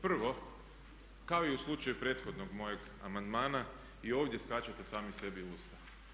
Prvo, kao i u slučaju prethodnog mojeg amandmana i ovdje skačete sami sebi u usta.